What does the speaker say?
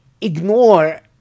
ignore